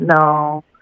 no